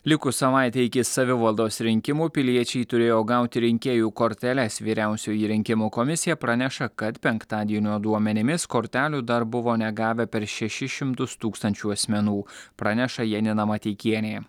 likus savaitei iki savivaldos rinkimų piliečiai turėjo gauti rinkėjų korteles vyriausioji rinkimų komisija praneša kad penktadienio duomenimis kortelių dar buvo negavę per šešis šimtus tūkstančių asmenų praneša janina mateikienė